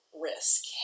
risk